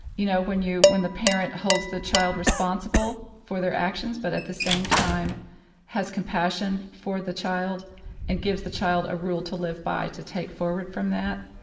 you know, when you when the parent holds the child responsible for their actions but at the same time has compassion for the child and gives the child a rule to live by to take forward from that,